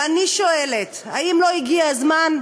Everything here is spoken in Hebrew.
ואני שואלת, האם לא הגיע הזמן,